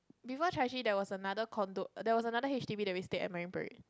before Chai-Chee there was another con there was another H_D_B which we stayed at Marine-Parade